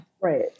Right